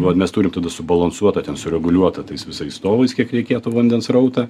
vat mes turim tada subalansuotą ten sureguliuotą tais visais stovais kiek reikėtų vandens srautą